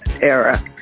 era